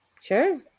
Sure